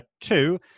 two